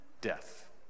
death